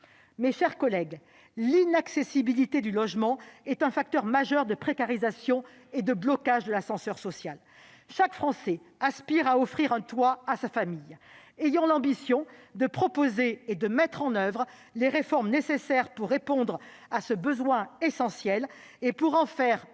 Mes chers collègues, l'inaccessibilité du logement est un facteur majeur de précarisation et de blocage de l'ascenseur social. Chaque Français a pour aspiration d'offrir un toit à sa famille. Ayons l'ambition de proposer et de mettre en oeuvre les réformes nécessaires pour répondre à ce besoin essentiel, pour en faire un